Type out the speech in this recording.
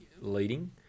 leading